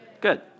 good